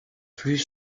plus